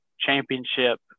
championship